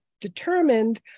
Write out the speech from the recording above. determined